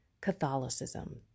Catholicism